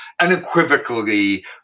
unequivocally